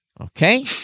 Okay